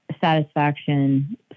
satisfaction